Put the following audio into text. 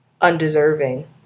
undeserving